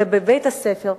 אלא בבתי-הספר,